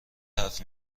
حرف